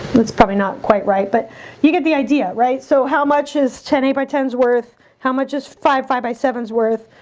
that's probably not quite right but you get the idea right so how much is ten eight by ten is worth how much is five five by seven is worth?